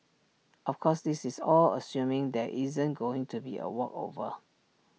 of course this is all assuming there isn't going to be A walkover